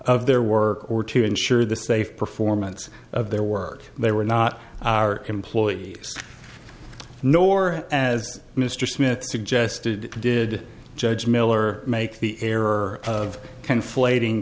of their work or to ensure the safe performance of their work they were not our employee nor as mr smith suggested did judge miller make the error of conflating